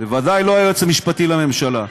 ודאי לא היועץ המשפטי לממשלה.